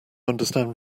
understand